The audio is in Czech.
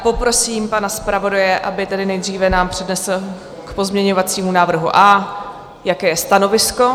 Poprosím pana zpravodaje, aby tedy nejdříve nám přednesl k pozměňovacímu návrhu A, jaké je stanovisko.